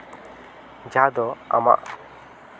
ᱡᱟᱦᱟᱸ ᱫᱚ ᱟᱢᱟᱜ